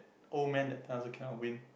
old man that time also cannot win